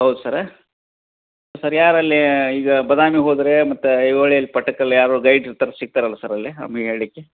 ಹೌದ sir sir ಯಾರು ಅಲ್ಲೀ ಈಗ ಬದಾಮಿಗೆ ಹೋದರೆ ಮತ್ತು ಐಹೊಳೆ ಪಟ್ಟದಕಲ್ಲು ಯಾರು ಗೈಡ್ ಇರ್ತಾರೆ ಸಿಕ್ತಾರಲ್ಲ ಸರ್ ಅಲ್ಲಿ ನಮಗ್ ಹೇಳಲಿಕ್ಕೆ